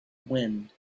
wind